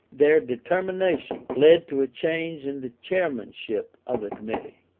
their determination led to a change in the chairmanship of the committee,